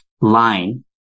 line